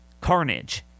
carnage